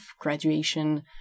graduation